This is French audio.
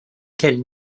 quelle